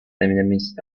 enemies